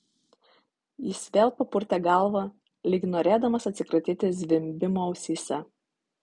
jis vėl papurtė galvą lyg norėdamas atsikratyti zvimbimo ausyse